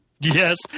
Yes